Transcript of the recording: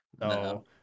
No